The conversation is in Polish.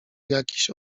jakiś